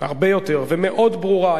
הרבה יותר, ומאוד ברורה.